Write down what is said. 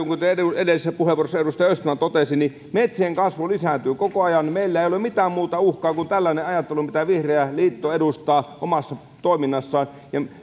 kuten edellisessä puheenvuorossa edustaja östman totesi metsien kasvu lisääntyy koko ajan meillä ei ole mitään muuta uhkaa kuin tällainen ajattelu mitä vihreä liitto edustaa omassa toiminnassaan